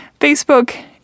Facebook